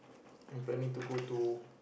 I'm planning to go to